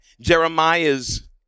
Jeremiah's